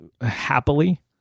happily